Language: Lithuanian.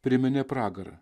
priminė pragarą